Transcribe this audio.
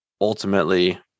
ultimately